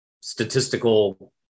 statistical